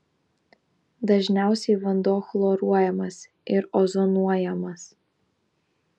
dažniausiai vanduo chloruojamas ir ozonuojamas